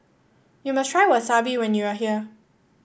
you must try Wasabi when you are here